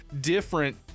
different